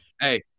hey